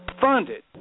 funded